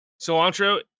Cilantro